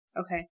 okay